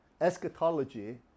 eschatology